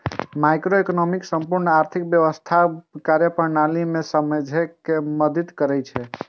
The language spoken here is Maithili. माइक्रोइकोनोमिक्स संपूर्ण आर्थिक व्यवस्थाक कार्यप्रणाली कें समझै मे मदति करै छै